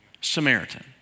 Samaritan